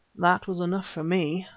that was enough for me.